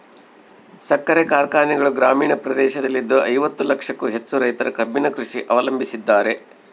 ಸಕ್ಕರೆ ಕಾರ್ಖಾನೆಗಳು ಗ್ರಾಮೀಣ ಪ್ರದೇಶದಲ್ಲಿದ್ದು ಐವತ್ತು ಲಕ್ಷಕ್ಕೂ ಹೆಚ್ಚು ರೈತರು ಕಬ್ಬಿನ ಕೃಷಿ ಅವಲಂಬಿಸಿದ್ದಾರೆ